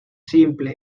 simples